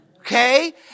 Okay